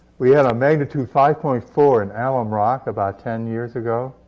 we had a magnitude five point four in alum rock about ten years ago.